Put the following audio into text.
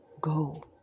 go